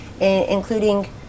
including